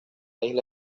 isla